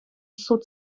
суд